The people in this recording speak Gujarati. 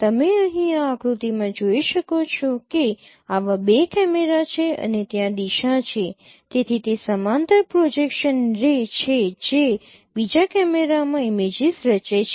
તમે અહીં આ આકૃતિમાં જોઈ શકો છો કે આવા બે કેમેરા છે અને ત્યાં દિશા છે તેથી તે સમાંતર પ્રોજેક્શન રે છે જે બીજા કેમેરામાં ઇમેજીસ રચે છે